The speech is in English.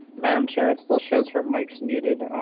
madame chair, it still shows her mic muted.